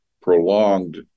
prolonged